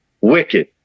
Wicked